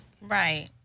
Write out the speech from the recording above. right